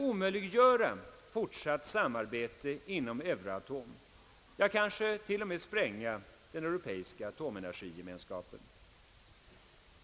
omöjliggöra fortsatt samarbete inom Euratom, ja kanske till och med spränga den euro peiska : atomenergigemenskapen.